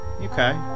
okay